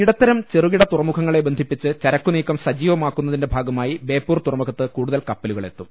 ഇടത്തരം ചെറുകിട തുറമുഖങ്ങളെ ബന്ധിപ്പിച്ച് ചരക്കു നീക്കം സജീവമാക്കുന്നതിന്റെ ഭാഗമായി ബേപ്പൂർ തുറമുഖത്ത് കൂടുതൽ കപ്പലുകളെത്തും